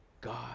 God